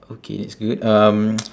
okay that's good um